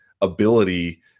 ability